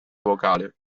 vocale